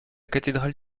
cathédrale